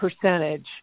percentage